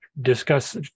discuss